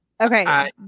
Okay